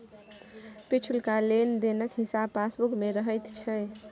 पिछुलका लेन देनक हिसाब पासबुक मे रहैत छै